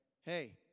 hey